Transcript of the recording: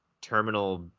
Terminal